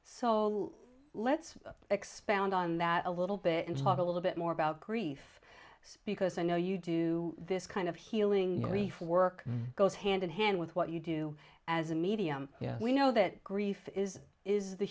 so let's expound on that a little bit and talk a little bit more about grief because i know you do this kind of healing grief work goes hand in hand with what you do as a medium we know that grief is is